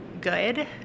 good